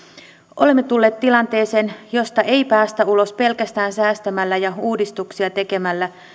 olemme tulleet tilanteeseen josta ei päästä ulos pelkästään säästämällä ja uudistuksia tekemällä